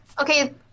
okay